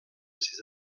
ces